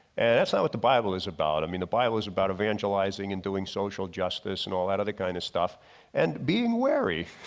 and that's not what the bible is about. i mean the bible is about evangelizing and doing social justice and all that other kind of stuff and being weary,